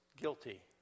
guilty